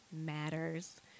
matters